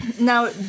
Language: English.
Now